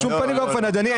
בשום פנים ואופן, אדוני.